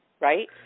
right